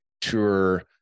Tour